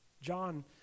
John